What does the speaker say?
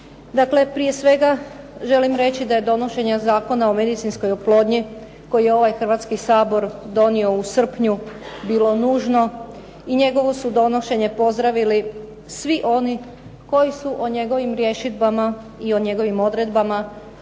riječi. Prije svega želim reći da je donošenje Zakona o medicinskoj oplodnji koji je ovaj Hrvatski sabor donio u srpnju bilo nužno i njegovo su donošenje pozdravili svi oni koji su o njegovim rješidbama i o njegovim odredbama